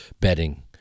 betting